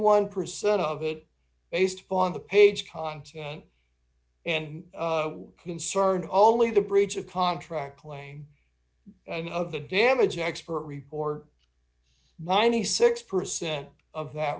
one percent of it based on the page content and concerned only the breach of contract claim and of the damage expert report ninety six percent of that